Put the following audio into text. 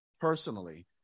personally